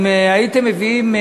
אם הייתם מביאים,